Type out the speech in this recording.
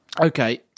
Okay